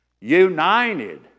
united